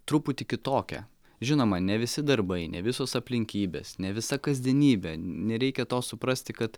truputį kitokia žinoma ne visi darbai ne visos aplinkybės ne visa kasdienybė nereikia to suprasti kad